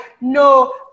no